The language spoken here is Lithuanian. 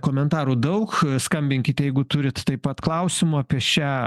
komentarų daug skambinkik jeigu turite taip pat klausimų apie šią